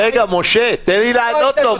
משטרה צבאית חוקרת לא יכולה להיות הגורמים הללו,